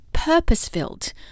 purpose-filled